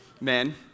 Men